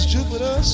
Jupiter